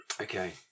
Okay